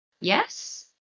yes